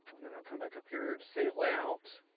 and then i'll come back up here to save layout